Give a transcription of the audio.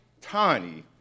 tiny